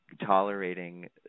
tolerating